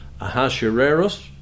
Ahasuerus